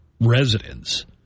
residents